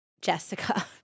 Jessica